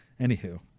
Anywho